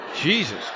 Jesus